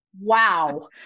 Wow